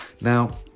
Now